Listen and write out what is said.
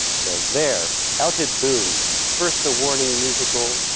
so there, out it boomed, first a warning musical,